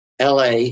LA